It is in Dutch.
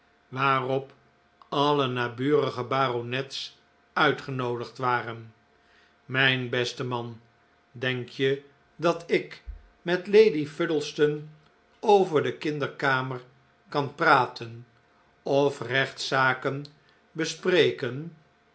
waarop alle naburige baronets uitgenoodigd waren mijn besteman denk je dat ik met lady fuddleston over de kinderkamer kan praten of rechtszaken bespreken